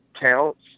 counts